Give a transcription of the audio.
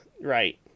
Right